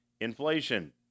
inflation